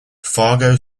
fargo